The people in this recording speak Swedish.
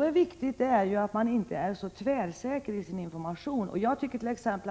Det viktiga är att man inte är så tvärsäker när man går ut med information. Jag tyckert.ex.